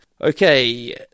Okay